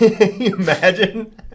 Imagine